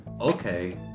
okay